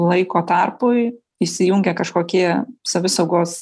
laiko tarpui įsijungia kažkokie savisaugos